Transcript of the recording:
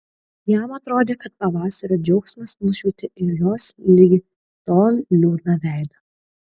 jam atrodė kad pavasario džiaugsmas nušvietė ir jos ligi tol liūdną veidą